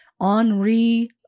Henri